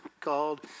called